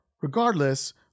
regardless